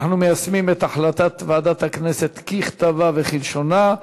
אנחנו מיישמים את החלטת ועדת הכנסת ככתבה וכלשונה.